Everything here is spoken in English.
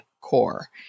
core